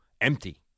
empty